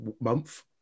month